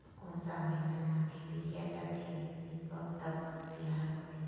कोन सा महीना मा खेती किया जाथे ये कब तक तियार होथे?